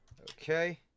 Okay